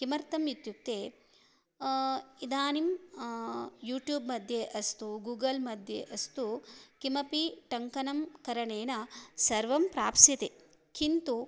किमर्थम् इत्युक्ते इदानीं यूट्यूब्मध्ये अस्तु गूगल्मध्ये अस्तु किमपि टङ्कनं करणेन सर्वं प्राप्स्यते किन्तु